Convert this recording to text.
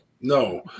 No